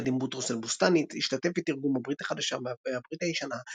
יחד עם בוטרוס אל-בוסתאני השתתף בתרגום הברית החדשה והברית הישנה,